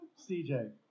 CJ